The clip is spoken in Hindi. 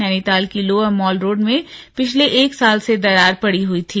नैनीताल की लोअर मॉल रोड में पिछले एक साल से दरार पड़ी हुई थी